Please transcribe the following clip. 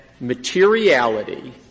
materiality